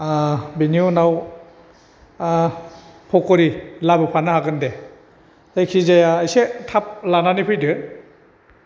बेनि उनाव पक'रि लाबोफानो हागोन दे जायखिजाया एसे थाब लानानै फैदो